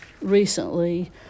recently